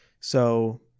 So-